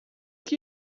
que